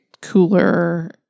cooler